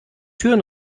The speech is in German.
türen